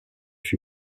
fut